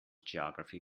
geography